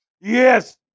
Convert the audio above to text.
yes